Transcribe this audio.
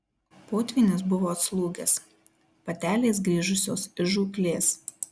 potvynis buvo atslūgęs patelės grįžusios iš žūklės